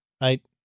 Right